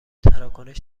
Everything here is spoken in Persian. تراکنش